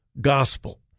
gospel